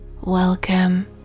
Welcome